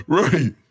right